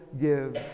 give